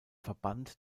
verband